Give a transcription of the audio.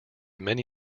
many